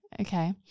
okay